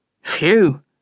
Phew